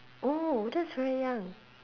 oh that's very young